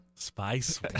Spice